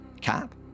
cap